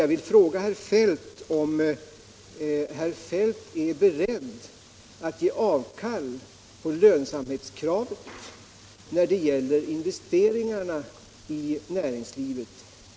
Jag vill fråga herr Feldt om han är beredd att ge avkall på lönsamhetskravet när det gäller investeringarna i näringslivet.